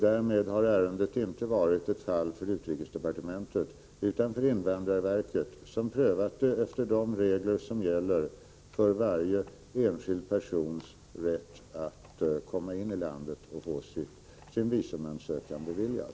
Därmed har ärendet inte varit ett fall för utrikesdepartementet utan för invandrarverket, som prövat det enligt de regler som gäller för varje enskild persons rätt att komma in i landet och få sin visumansökan beviljad.